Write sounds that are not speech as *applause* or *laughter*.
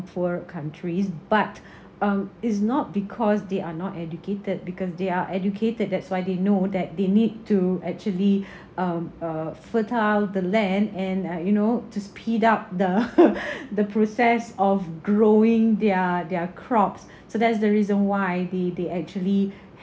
poorer countries but *breath* um it's not because they are not educated because they are educated that's why they know that they need to actually *breath* um uh fertile the land and uh you know to speed up the *laughs* the process of growing their their crops so that's the reason why they they actually